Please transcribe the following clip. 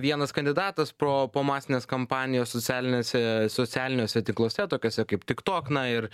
vienas kandidatas pro po masinės kampanijos socialiniuose socialiniuose tinkluose tokiuose kaip tiktok na ir